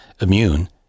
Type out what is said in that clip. immune